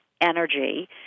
energy